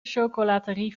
chocolaterie